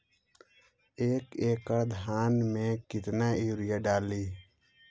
एक एकड़ धान मे कतना यूरिया डाली?